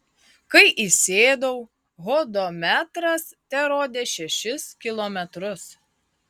kai įsėdau hodometras terodė šešis kilometrus